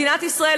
מדינת ישראל,